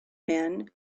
men